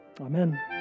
Amen